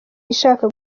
ishaka